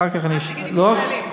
רק תגיד אם ישראלים.